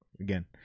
Again